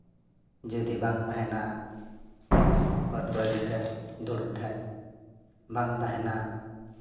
ᱡᱩᱫᱤ ᱵᱟᱝ ᱛᱟᱦᱮᱱᱟ ᱯᱟᱹᱴᱷᱩᱣᱟᱹ ᱜᱤᱫᱽᱨᱟᱹ ᱫᱩᱲᱩᱵ ᱛᱟᱦᱮᱱᱤᱧ ᱵᱟᱝ ᱛᱟᱦᱮᱱᱟ